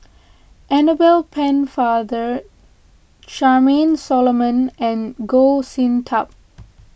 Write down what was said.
Annabel Pennefather Charmaine Solomon and Goh Sin Tub